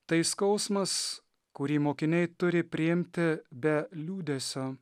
tai skausmas kurį mokiniai turi priimti be liūdesio